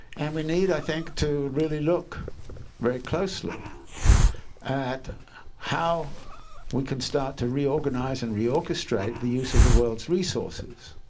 and we need, i think, to really look very closely at how we can start to reorganize and reorchestrate the use of the world's resources.